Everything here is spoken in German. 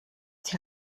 die